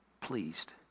pleased